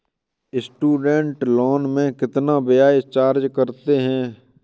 Student loan में कितना ब्याज चार्ज करते हैं?